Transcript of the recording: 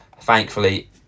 Thankfully